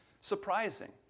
surprising